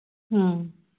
ꯎꯝ